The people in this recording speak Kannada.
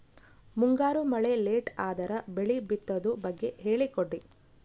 ಮುಂಗಾರು ಮಳೆ ಲೇಟ್ ಅದರ ಬೆಳೆ ಬಿತದು ಬಗ್ಗೆ ಹೇಳಿ ಕೊಡಿ?